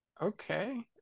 okay